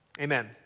Amen